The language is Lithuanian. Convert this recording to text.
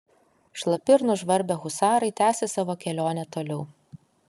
šlapi ir nužvarbę husarai tęsė savo kelionę toliau